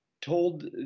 told